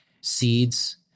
seeds